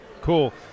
Cool